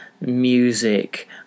music